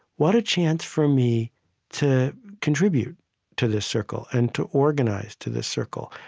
what a chance for me to contribute to this circle, and to organize to this circle.